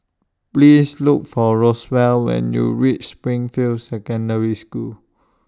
Please Look For Roswell when YOU REACH Springfield Secondary School